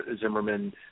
Zimmerman